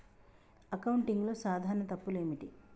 అకౌంటింగ్లో సాధారణ తప్పులు ఏమిటి?